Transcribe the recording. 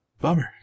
bummer